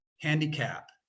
handicap